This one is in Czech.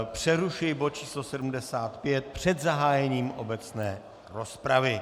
Přerušuji bod číslo 75 před zahájením obecné rozpravy.